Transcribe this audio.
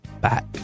back